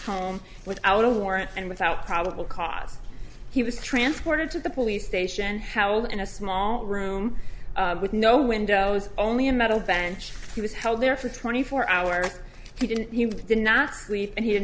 home without a warrant and without probable cause he was transported to the police station how in a small room with no windows only a metal bench he was held there for twenty four hours he didn't he did not sleep and he did